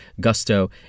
Gusto